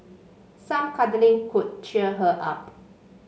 some cuddling could cheer her up